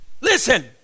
Listen